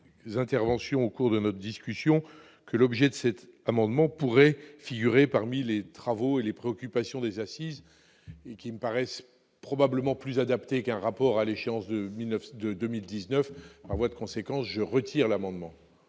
les interventions au cours de notre discussion que l'objet de cet amendement pourrait figurer parmi les travaux et les préoccupations des assises qui me paraissent probablement plus adapté qu'un rapport à l'échéance de 1900 de 2019 en voie de conséquence, je retire l'amendement.